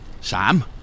Sam